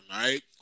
right